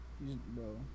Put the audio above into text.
bro